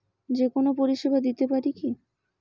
যে কোনো পরিষেবা দিতে পারি কি?